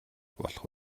болох